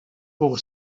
pour